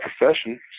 profession